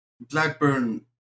Blackburn